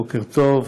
בוקר טוב,